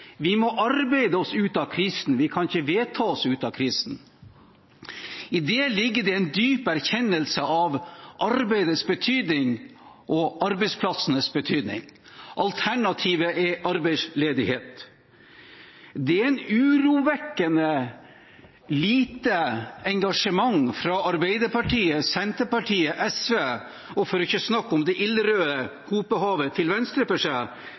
Vi må arbeide oss ut av krisen, vi kan ikke vedta oss ut av krisen. I det ligger det en dyp erkjennelse av arbeidets betydning og arbeidsplassenes betydning. Alternativet er arbeidsledighet. Det er urovekkende lite engasjement fra Arbeiderpartiet, Senterpartiet og SV – for ikke å snakke om det ildrøde hopehavet til venstre for